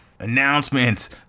Announcements